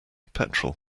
petrol